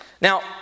now